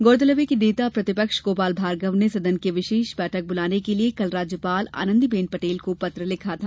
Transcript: गौरतलब है कि नेता प्रतिपक्ष गोपाल भार्गव ने सदन की विशेष बैठक बुलाने के लिये कल राज्यपाल आनंदीबेन पटेल को पत्र लिखा था